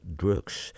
drugs